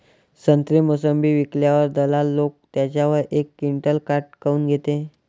संत्रे, मोसंबी विकल्यावर दलाल लोकं त्याच्यावर एक क्विंटल काट काऊन घेते?